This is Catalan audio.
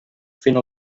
fent